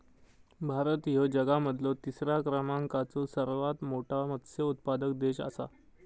भारत ह्यो जगा मधलो तिसरा क्रमांकाचो सर्वात मोठा मत्स्य उत्पादक देश आसा